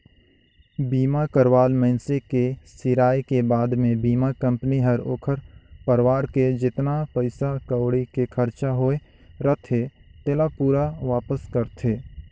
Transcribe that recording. बीमा करवाल मइनसे के सिराय के बाद मे बीमा कंपनी हर ओखर परवार के जेतना पइसा कउड़ी के खरचा होये रथे तेला पूरा वापस करथे